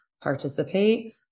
participate